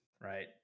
right